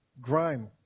grime